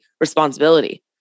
responsibility